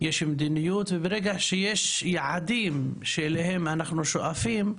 יש מדיניות, וברגע שיש יעדים שאליהם אנחנו שואפים,